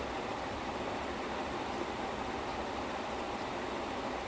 ya it's like you know how some people watch the film just for the actor